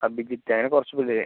അഭിജിത്ത് അങ്ങനെ കുറച്ച് പിള്ളേർ